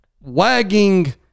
wagging